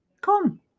Come